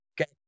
Okay